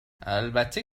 البته